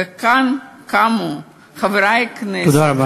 וכאן קמו חברי הכנסת, תודה רבה.